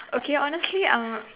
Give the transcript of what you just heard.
okay honestly um